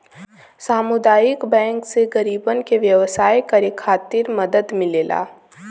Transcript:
सामुदायिक बैंक से गरीबन के व्यवसाय करे खातिर मदद मिलेला